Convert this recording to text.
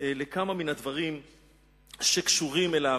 לכמה מן הדברים שקשורים אליו,